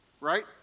right